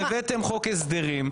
והבאתם חוק הסדרים,